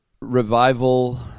Revival